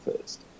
first